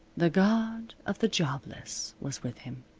the god of the jobless was with him.